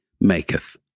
maketh